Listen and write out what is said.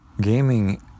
gaming